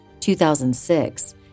2006